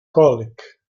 colic